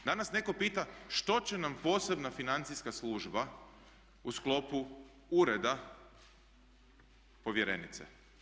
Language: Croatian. Danas netko pita što će nam posebna financijska služba u sklopu ureda povjerenice?